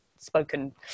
spoken